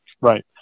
right